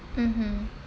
mmhmm